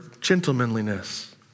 gentlemanliness